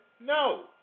No